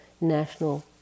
National